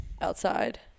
outside